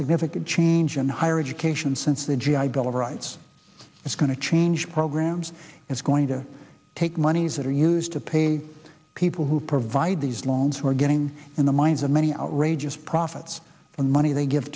significant change in higher education since the g i bill of rights is going to change programs it's going to take monies that are used to pay people who provide these loans who are getting in the minds of many outrageous profits and money they give